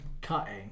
cutting